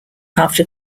after